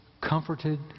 comforted